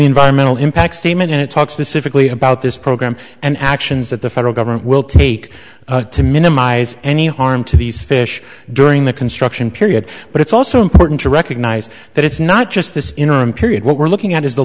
environmental impact statement and it talks specifically about this program and actions that the federal government will take to minimize any harm to these fish during the construction period but it's also important to recognise that it's not just this interim period what we're looking at is the